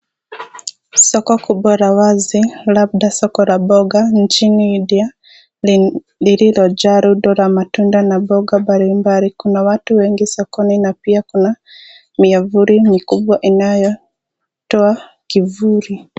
Soko kubwa la wazi, labda soko la mboga nchini india, lililojaa rundo la matunda na mboga mbali mbali. Kuna watu wengi sokoni na pia kuna miavuli mikubwa inayotoa kivuli.